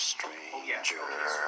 Stranger